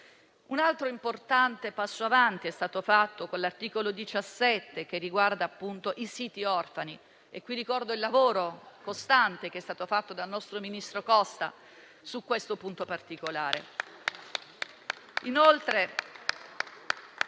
Un altro importante passo avanti è stato fatto con l'articolo 17, che riguarda i siti orfani. A tale proposito, ricordo il lavoro costante che è stato fatto dal nostro ministro Costa su questo punto particolare.